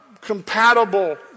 compatible